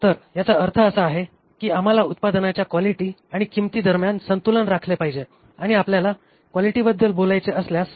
तर याचा अर्थ असा आहे की आम्हाला उत्पादनाच्या क्वालिटी आणि किंमतीदरम्यान संतुलन राखले पाहिजे आणि आपल्याला क्वालिटीबद्दल बोलायचे असल्यास